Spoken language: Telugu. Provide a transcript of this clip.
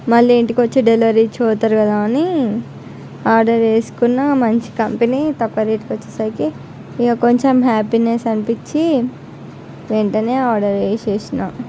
మళ్ళీ ఇంటికి వచ్చి డెలివరీ ఇచ్చిపోతారు కదా అని ఆర్డర్ చేసుకున్నాను మంచి కంపెనీ తక్కువ రేటు వచ్చేసరికి ఇక కొంచెం హ్యాపీనెస్ అనిపించి వెంటనే ఆర్డర్ చేసినాను